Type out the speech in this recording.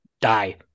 die